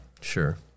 Sure